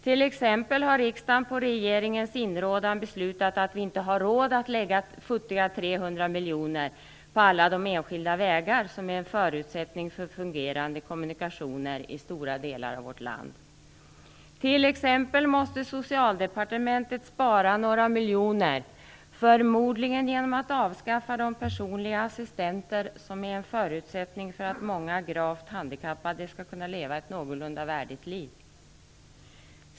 T.ex. har riksdagen på regeringens inrådan beslutat att vi inte har råd att avsätta futtiga 300 miljoner för alla de enskilda vägar som är en förutsättning för fungerande kommunikationer i stora delar av vårt land. T.ex. måste Socialdepartementet spara några miljoner, förmodligen genom att avskaffa de personliga assistenter som är en förutsättning för att många gravt handikappade skall kunna leva ett någorlunda värdigt liv.